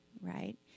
right